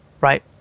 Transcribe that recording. right